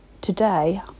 today